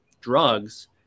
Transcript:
drugs